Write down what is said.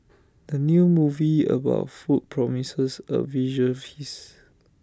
the new movie about food promises A visual feast